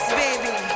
baby